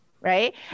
right